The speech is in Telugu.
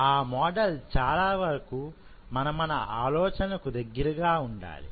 ఆ మోడల్ చాలావరకూ మన మన ఆలోచనలకు దగ్గరగా ఉండాలి